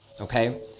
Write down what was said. okay